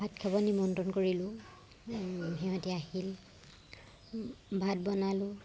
ভাত খাব নিমন্ত্ৰণ কৰিলোঁ সিহঁত আহিল ভাত বনালোঁ